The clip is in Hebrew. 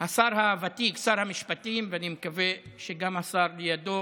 השר הוותיק, שר המשפטים, ואני מקווה שגם השר לידו,